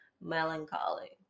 melancholy